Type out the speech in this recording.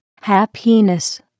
happiness